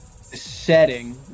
setting